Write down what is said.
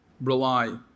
rely